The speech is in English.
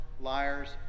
liars